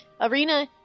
Arena